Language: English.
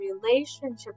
relationship